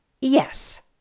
yes